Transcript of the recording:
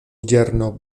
yerno